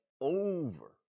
over